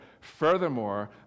Furthermore